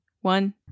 One